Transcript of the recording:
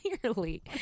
Clearly